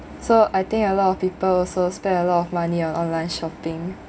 so I think a lot of people also spend a lot of money on online shopping